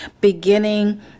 beginning